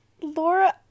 Laura